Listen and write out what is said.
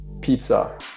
pizza